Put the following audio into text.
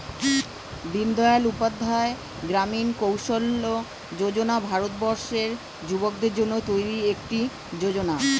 দিনদয়াল উপাধ্যায় গ্রামীণ কৌশল্য যোজনা ভারতবর্ষের যুবকদের জন্য তৈরি একটি যোজনা